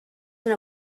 una